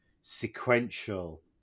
sequential